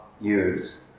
use